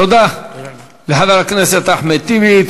תודה לחבר הכנסת אחמד טיבי.